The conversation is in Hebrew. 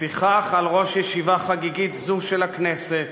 לפיכך על ראש ישיבה חגיגית זאת של הכנסת